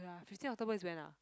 ya fifteen October is when ah